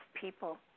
people